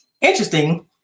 Interesting